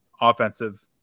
offensive